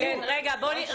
השבוע אבל יגיע.